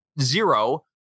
zero